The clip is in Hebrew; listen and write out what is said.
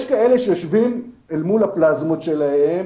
יש כאלה שיושבים אל מול הפלזמות שלהם,